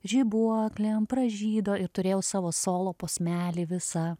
žibuoklėm pražydo ir turėjau savo solo posmelį visą